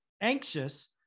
anxious